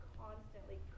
constantly